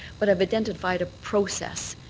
but i've identified a process,